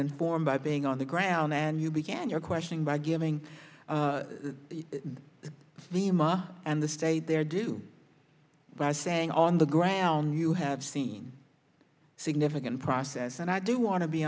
informed by being on the ground and you began your question by giving me ma and the state their due by saying on the ground you have seen significant process and i do want to be